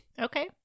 Okay